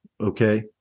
Okay